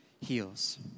heals